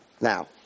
Now